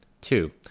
Two